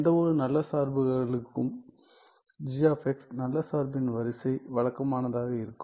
எந்தவொரு நல்ல சார்புகளுக்கும் நல்ல சார்பின் வரிசை வழக்கமானதாக இருக்கும்